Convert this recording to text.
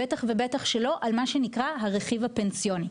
בטח ובטח שלא על מה שנקרא הרכיב הפנסיוני.